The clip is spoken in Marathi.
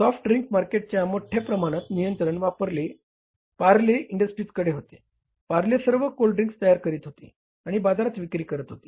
सॉफ्ट ड्रिंक मार्केटचे मोठ्या प्रमाणात नियंत्रण पारले इंडस्ट्रीजकडे होते पारले सर्व कोल्ड्रिंक तयार करीत होते आणि बाजारात विक्री करीत होते